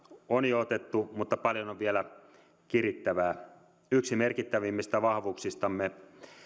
on jo otettu mutta paljon on vielä kirittävää yksi merkittävimmistä vahvuuksistamme